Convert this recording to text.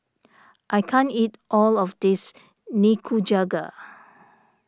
I can't eat all of this Nikujaga